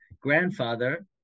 grandfather